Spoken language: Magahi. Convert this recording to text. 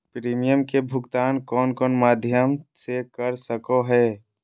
प्रिमियम के भुक्तान कौन कौन माध्यम से कर सको है?